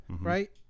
right